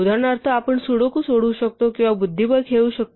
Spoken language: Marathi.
उदाहरणार्थ आपण सुडोकू सोडवू शकतो किंवा बुद्धिबळ खेळू शकतो